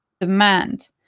demand